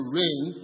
rain